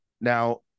now